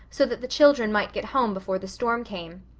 so that the children might get home before the storm came.